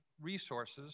resources